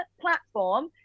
platform